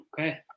Okay